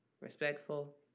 respectful